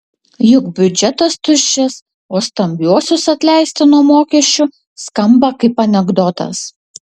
juk biudžetas tuščias o stambiuosius atleisti nuo mokesčių skamba kaip anekdotas